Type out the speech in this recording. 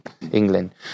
England